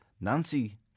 Nancy